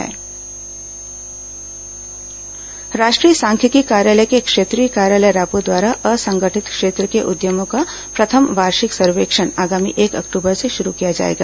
PIB प्रशिक्षण सम्मेलन राष्ट्रीय सांख्यिकी कार्यालय के क्षेत्रीय कार्यालय रायपुर द्वारा असंगठित क्षेत्र के उद्यमों का प्रथम वार्षिक सर्वेक्षण आगामी एक अक्टूबर से शुरू किया जाएगा